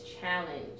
challenge